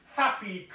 happy